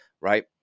right